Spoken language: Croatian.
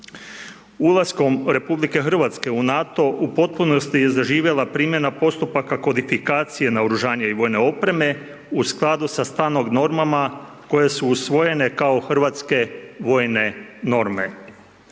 Ulaskom RH u NATO 2009. godine u potpunosti je zaživjela primjena postupka kodifikacije naoružanja i vojne opreme u skladu sa STANAG normama koje su usvojene kao hrvatske vojne norme